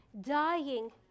dying